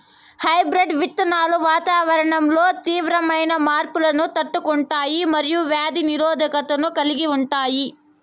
hybrid విత్తనాలు వాతావరణంలో తీవ్రమైన మార్పులను తట్టుకుంటాయి మరియు వ్యాధి నిరోధకతను కలిగి ఉంటాయి